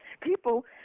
people